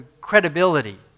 credibility